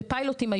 בפיילוטים,